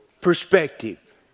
perspective